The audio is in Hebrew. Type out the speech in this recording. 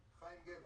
לגלגול.